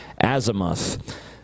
azimuth